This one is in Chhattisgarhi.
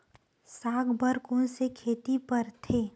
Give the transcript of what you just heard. साग बर कोन से खेती परथे?